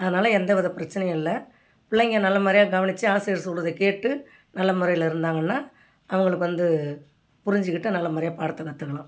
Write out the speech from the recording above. அதனால் எந்த விதப் பிரச்சனையும் இல்லை பிள்ளைங்க நல்ல முறையாக கவனிச்சு ஆசிரியர் சொல்றதை கேட்டு நல்ல முறையில் இருந்தாங்கன்னால் அவங்களுக்கு வந்து புரிஞ்சுக்கிட்டு நல்ல முறையாக பாடத்தை கற்றுக்கலாம்